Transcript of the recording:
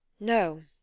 no,